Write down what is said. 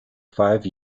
five